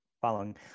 following